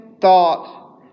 thought